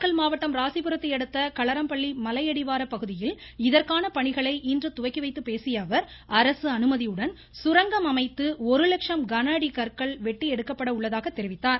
நாமக்கல் மாவட்டம் ராசிபுரத்தை அடுத்த களரம்பள்ளி மலையடிவார பகுதியில் இதற்கான பணிகளை இன்று துவக்கி வைத்து பேசிய அவர் அரசு அனுமதியுடன் சுரங்கம் அமைத்து ஒரு லட்சம் கனஅடி கற்கள் வெட்டி எடுக்கப்பட உள்ளதாக தெரிவித்தார்